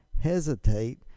hesitate